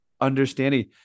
understanding